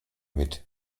mit